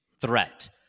threat